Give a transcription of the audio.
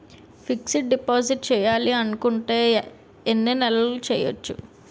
Fixed deposit చేయాలి అనుకుంటే ఎన్నే నెలలకు చేయొచ్చు?